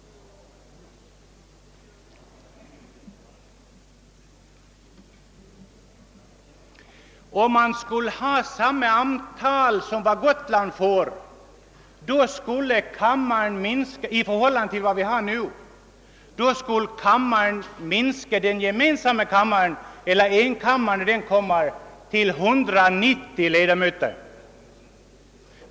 Om antalet ledamöter i den nya enkammarriksdagen skulle minska lika mycket som Gotlands representation nu föreslås bli reducerad, skulle antalet kammarledamöter bli endast 190.